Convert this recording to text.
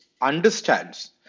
understands